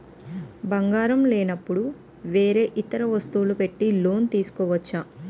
బంగారం లేనపుడు వేరే ఇతర వస్తువులు పెట్టి లోన్ తీసుకోవచ్చా?